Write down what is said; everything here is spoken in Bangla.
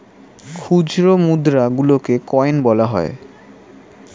খুচরো মুদ্রা গুলোকে কয়েন বলা হয়